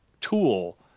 tool